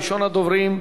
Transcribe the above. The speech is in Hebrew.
ראשון הדוברים,